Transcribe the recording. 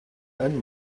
ein